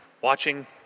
watching